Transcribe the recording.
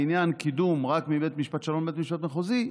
לעניין קידום רק מבית משפט שלום לבית משפט מחוזי,